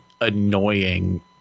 annoying